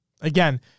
Again